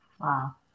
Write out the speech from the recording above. Wow